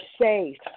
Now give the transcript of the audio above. safe